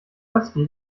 rösti